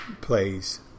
plays